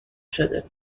شده